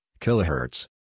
kilohertz